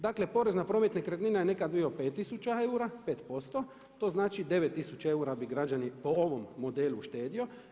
Dakle porez na promet nekretnina je nekad bio 5 tisuća eura, 5% to znači 9 tisuća eura bi građani po ovom modelu uštedio.